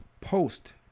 post